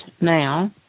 now